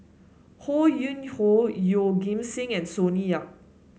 Ho Yuen Hoe Yeoh Ghim Seng and Sonny Yap